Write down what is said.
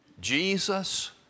Jesus